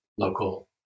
local